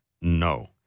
No